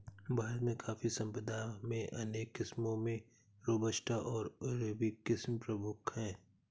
भारत में कॉफ़ी संपदा में अनेक किस्मो में रोबस्टा ओर अरेबिका किस्म प्रमुख है